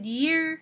year